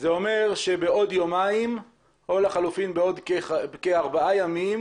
זה אומר שבעוד יומיים או לחלופין בעוד כארבעה ימים,